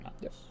Yes